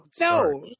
no